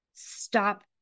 stop